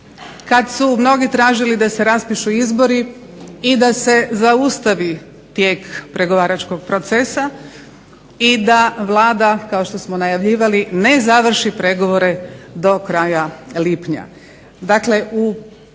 kada su mnogi tražili da se raspišu izbori, i da se zaustavi tijek pregovaračkog procesa i da Vlada kao što smo najavljivali ne završi pregovore do kraja lipnja.